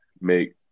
make